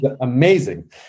amazing